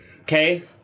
okay